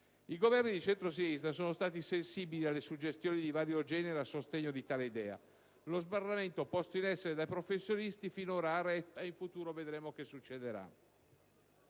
I Governi di centrosinistra sono stati sensibili alle suggestioni di vario genere a sostegno di tale idea. Lo sbarramento posto in essere dai professionisti finora ha retto. In futuro vedremo che succederà.